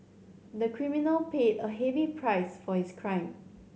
the criminal paid a heavy price for his crime